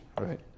right